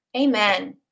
Amen